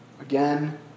Again